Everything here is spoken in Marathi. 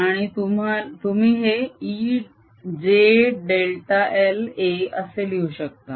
आणि तुम्ही हे E jΔl a असे लिहू शकता